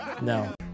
No